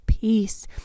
peace